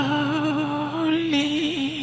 Holy